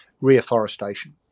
reforestation